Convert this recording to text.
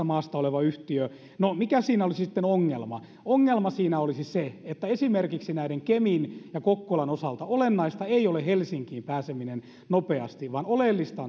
maasta oleva yhtiö no mikä siinä olisi sitten ongelma ongelma siinä olisi se että esimerkiksi kemin ja kokkolan osalta olennaista ei ole helsinkiin pääseminen nopeasti vaan oleellista